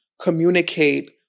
communicate